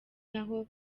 naho